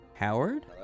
Howard